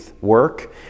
work